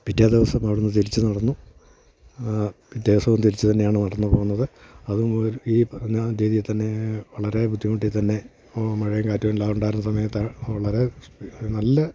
പിറ്റേ ദിവസം അവിടുന്ന് തിരിച്ച് നടന്നു പിറ്റേ ദിവസവും തിരിച്ച് തന്നെയാണ് നടന്ന് പോന്നത് അത് ഈ പറഞ്ഞാ രീതിയിൽ തന്നെ വളരെ ബുദ്ധിമുട്ടി തന്നെ മഴയും കാറ്റും എല്ലാ ഉണ്ടായിരുന്ന സമയത്ത് വളരെ നല്ല